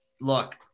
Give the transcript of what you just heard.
Look